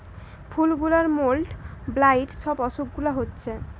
ফুল গুলার mould, blight সব অসুখ গুলা হচ্ছে